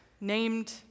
named